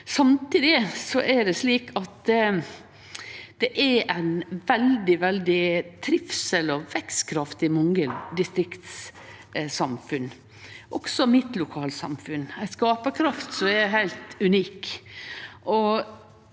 Samtidig er det ein veldig trivsel og vekstkraft i mange distriktssamfunn, også i mitt lokalsamfunn, med ei skaparkraft som er heilt unik.